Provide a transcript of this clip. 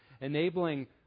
enabling